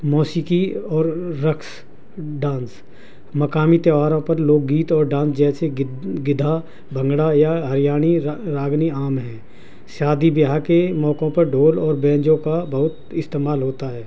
موسیقی اور رقص ڈانس مقامی تہواروں پر لوگ گیت اور ڈانس جیسے گدا بھنگڑا یا ہریانی راگنی عام ہیں شادی بیاہ کے موقعوں پر ڈھول اور بینجوں کا بہت استعمال ہوتا ہے